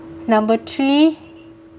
number three